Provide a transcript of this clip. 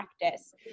practice